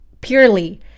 purely